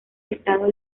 estado